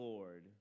Lord